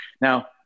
Now